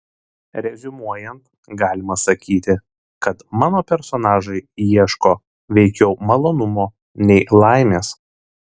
reziumuojant galima sakyti kad mano personažai ieško veikiau malonumo nei laimės